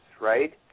right